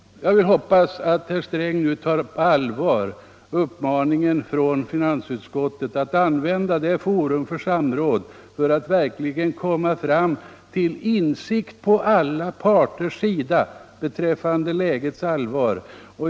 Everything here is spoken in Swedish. Jag hoppas att herr Sträng verkligen beaktar uppmaningen från finansutskottet att använda ett forum för samråd för att på den vägen tillsammans med alla parter komma till insikt om lägets allvar.